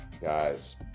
Guys